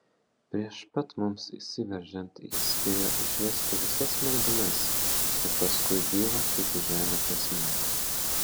prieš pat mums įsiveržiant jis spėjo išvesti visas merginas ir paskui byla kaip į žemę prasmego